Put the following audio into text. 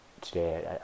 today